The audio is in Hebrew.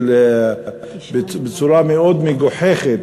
בצורה מאוד מגוחכת,